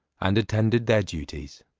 and attended their duties.